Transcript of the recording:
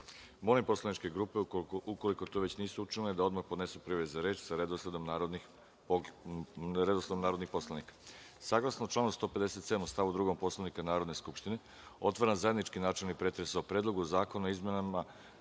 grupe. Molim poslaničke grupe, ukoliko to već nisu učinile, da odmah podnesu prijave za reč sa redosledom narodnih poslanika. Saglasno članu 157. stav 2. Poslovnika Narodne skupštine, otvaram zajednički načelni pretres o: Predlogu zakona o izmenama